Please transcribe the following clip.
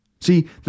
See